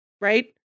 right